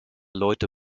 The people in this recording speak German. leute